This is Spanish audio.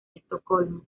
estocolmo